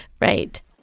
Right